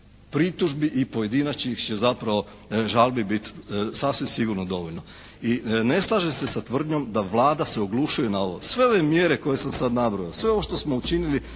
pritužbi i pojedinačnih će zapravo žalbi bit sasvim sigurno dovoljno. I ne slažem se sa tvrdnjom da Vlada se oglušuje na ovo. Sve ove mjere koje sam sada nabrojao, sve ovo što smo učinili